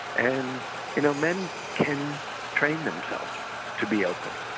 and you know men can train themselves to be open.